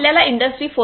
आपल्याला इंडस्ट्री 4